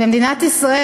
ומדינת ישראל,